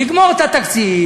נגמור את התקציב,